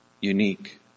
unique